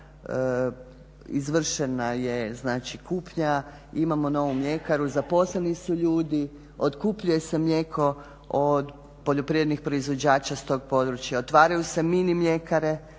izvršena je znači kupnja. Imamo novu mljekaru, zaposleni su ljudi, otkupljuje se mlijeko od poljoprivrednih proizvođača s tog područja, otvaraju se mini mljekare,